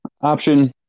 option